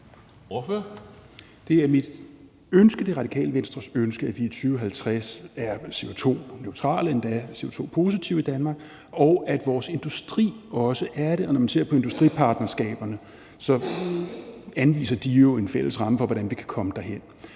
Det er mit og Radikale Venstres ønske, at vi i 2050 er CO2-neutrale, endda CO2-negative i Danmark, og at vores industri også er det. Når man ser på industripartnerskaberne, anviser de jo en fælles ramme for, hvordan vi kan komme derhen.